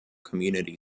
community